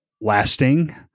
lasting